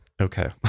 Okay